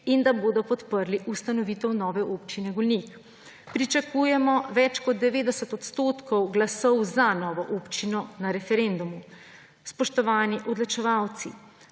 in da bodo podprli ustanovitev nove Občine Golnik." Pričakujemo več kot 90 % glasov za novo občino na referendumu. Spoštovani odločevalci,